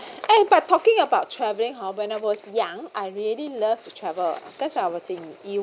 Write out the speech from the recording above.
eh but talking about travelling hor when I was young I really love to travel because I was in U_K